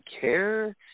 care